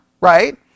right